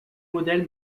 modèle